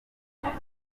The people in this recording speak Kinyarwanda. gatatu